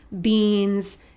beans